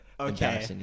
Okay